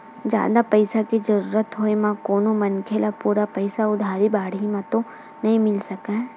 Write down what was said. जादा पइसा के जरुरत होय म कोनो मनखे ल पूरा पइसा उधारी बाड़ही म तो नइ मिल सकय